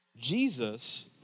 Jesus